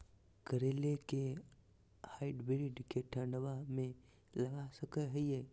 करेला के हाइब्रिड के ठंडवा मे लगा सकय हैय?